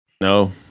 No